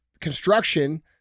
construction